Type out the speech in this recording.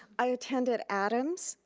i attended adams,